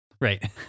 Right